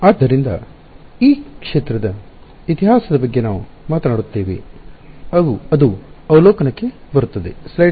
ಆದ್ದರಿಂದ ಈ ಕ್ಷೇತ್ರದ ಇತಿಹಾಸದ ಬಗ್ಗೆ ನಾವು ಮಾತನಾಡುತ್ತೇವೆ ಅದು ಅವಲೋಕನಕ್ಕೆ ಬರುತ್ತದೆ